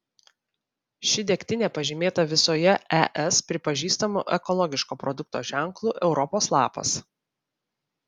ši degtinė pažymėta visoje es pripažįstamu ekologiško produkto ženklu europos lapas